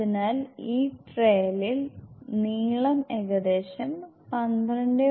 അതിനാൽ ഈ ട്രയലിൽ നീളം ഏകദേശം 12